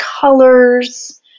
colors